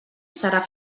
serà